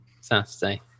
Saturday